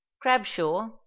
crabshaw